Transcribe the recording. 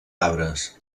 arbres